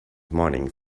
morning